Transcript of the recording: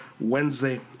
Wednesday